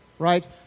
right